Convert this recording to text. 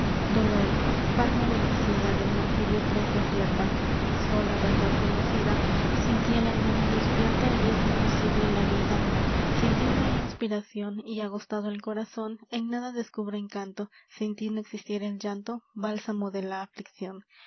dolor palma bendecida del martirio prenda cierta sola verdad conocida sin tí el alma no despierta y es imposible la vida sin tí no hay inspiracion y agostado el corazon en nada descubre encanto sin tí no existiera el llanto bálsamo de la afliccion